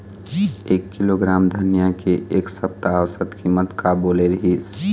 एक किलोग्राम धनिया के एक सप्ता औसत कीमत का बोले रीहिस?